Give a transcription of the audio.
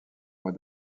mois